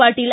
Patil